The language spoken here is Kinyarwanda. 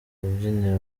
rubyiniro